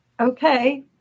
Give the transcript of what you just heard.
Okay